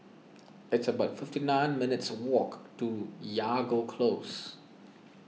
it's about fifty nine minutes' walk to Jago Close